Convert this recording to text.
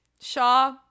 Shaw